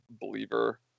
believer